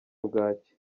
bwaki